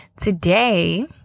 today